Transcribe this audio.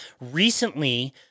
Recently